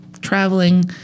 traveling